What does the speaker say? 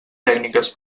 tècniques